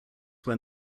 when